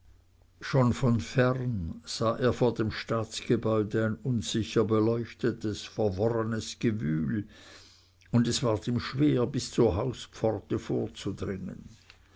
schon von fern sah er vor dem staatsgebäude ein unsicher beleuchtetes verworrenes gewühl und es ward ihm schwer bis zur hauspforte vorzudringen